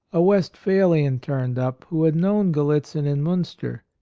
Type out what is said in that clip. a westphalian turned up who had known gallitzin in minister.